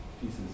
pieces